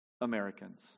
Americans